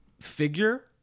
figure